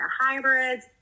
hybrids